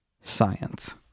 Science